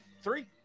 three